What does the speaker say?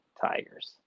Tigers